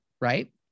Right